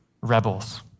rebels